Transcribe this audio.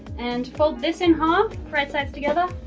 and fold this in half, right sides together,